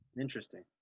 Interesting